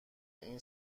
این